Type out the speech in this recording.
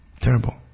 Terrible